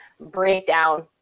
breakdown